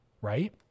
right